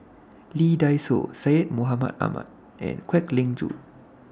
Lee Dai Soh Syed Mohamed Ahmed and Kwek Leng Joo